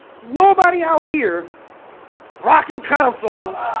nobody out here rocking consoles